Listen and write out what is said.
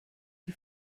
die